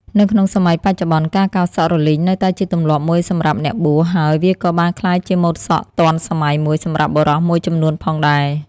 នៅក្នុងសម័យបច្ចុប្បន្ន ការកោរសក់រលីងនៅតែជាទម្លាប់មួយសម្រាប់អ្នកបួស ហើយវាក៏បានក្លាយជាម៉ូតសក់ទាន់សម័យមួយសម្រាប់បុរសមួយចំនួនផងដែរ។